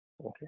Okay